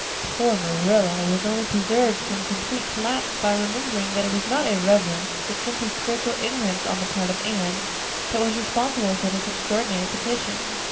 poor marilla was only preserved from complete collapse by remembering that it was not irreverence, but simply spiritual ignorance on the part of anne that was responsible for this extraordinary petition.